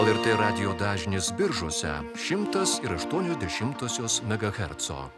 lrt radijo dažnis biržuose šimtas ir aštuonios dešimtosios mega herco